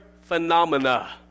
phenomena